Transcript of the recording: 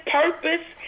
purpose